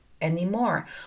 anymore